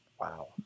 Wow